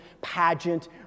pageant